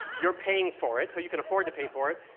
you're paying for it so you can afford to pay for it.